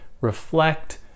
reflect